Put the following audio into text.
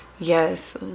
Yes